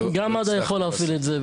גם מד"א יכול להפעיל את זה,